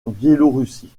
biélorussie